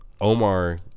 Omar